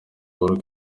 uhuru